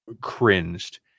cringed